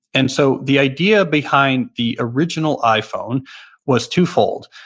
and so the idea behind the original iphone was two-fold.